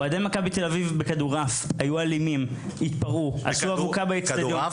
אוהדי מכבי תל אביב בכדורעף היו אלימים התפרעו עשו אבוקה -- כדורעף?